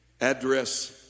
address